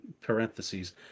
parentheses